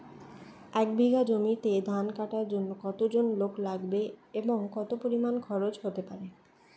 এক বিঘা জমিতে ধান কাটার জন্য কতজন লোক লাগবে এবং কত পরিমান খরচ হতে পারে?